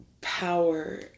power